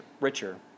richer